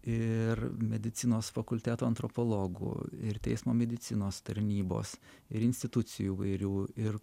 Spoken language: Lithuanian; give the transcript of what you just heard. ir medicinos fakulteto antropologų ir teismo medicinos tarnybos ir institucijų įvairių ir